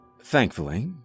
Thankfully